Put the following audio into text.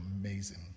amazing